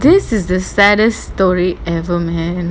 this is the saddest story ever man